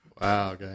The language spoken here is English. Wow